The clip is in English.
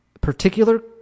particular